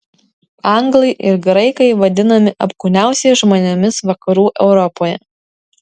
anglai ir graikai vadinami apkūniausiais žmonėmis vakarų europoje